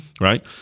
right